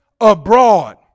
abroad